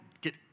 get